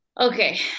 Okay